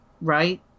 right